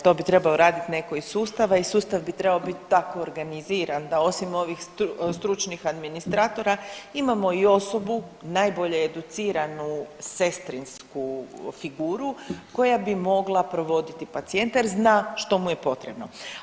To bi trebao raditi netko iz sustava i sustav bi trebao biti tako organiziran da osim ovih stručnih administratora imamo i osobu najbolje educiranu sestrinsku figuru koja bi mogla provoditi pacijente jer zna što mu je potrebno.